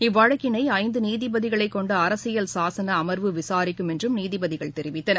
இவ்வழக்கிளை ஐந்து நீதிபதிகளை கொண்ட அரசியல் சாசன அமர்வு விசாரிக்கும் என்றும் நீதிபதிகள் தெரிவித்தனர்